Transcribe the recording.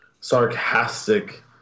sarcastic